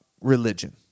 religion